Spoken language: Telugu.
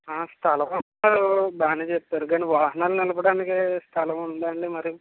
స్థలమన్నారు బాగానే చెప్పారు కానీ వాహనాలు నిలపడానికి స్థలముందా అండి మరి